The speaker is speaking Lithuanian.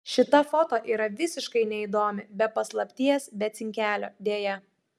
šita foto yra visiškai neįdomi be paslapties be cinkelio deja